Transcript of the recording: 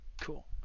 Cool